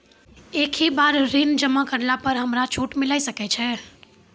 एक ही बार ऋण जमा करला पर हमरा छूट मिले सकय छै?